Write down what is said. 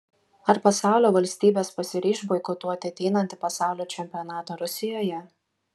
ar pasaulio valstybės pasiryš boikotuoti ateinantį pasaulio čempionatą rusijoje